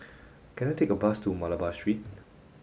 can I take a bus to Malabar Street